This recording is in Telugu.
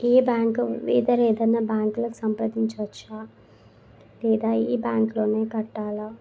ఏ బ్యాంకు ఇతర ఏవైనా బ్యాంకులను సంప్రదించొచ్చా లేదా ఈ బ్యాంకులోనే కట్టాలా